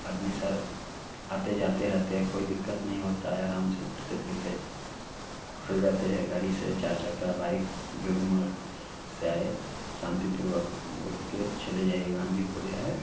आदमी स आते जाते रहते हैं कोई दिक्कत नहीं होता है आराम से घूमते फिरते चल जाते हैं गाड़ी से चार चक्का बाइक जो भी मोड़ से आए शांतिपूर्वक घूम कर चले जाईएगा हम भी घूमे हैं